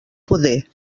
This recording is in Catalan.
poder